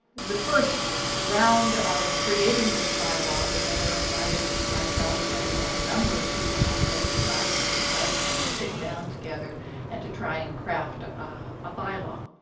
the first round of creating this by law, the mayor invited myself and and a number of people on both sides of this argument to sit down together and to try and craft ah a by law.